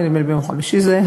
נדמה לי שזה היה